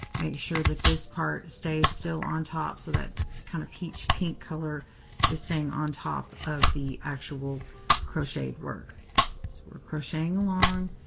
make sure that this part stays still on top. so that kind of peach pink color is staying on top of the actual crocheted work. so we're crocheting along,